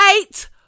eight